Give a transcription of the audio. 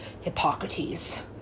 hippocrates